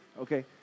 Okay